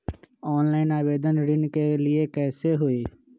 Online आवेदन ऋन के लिए कैसे हुई?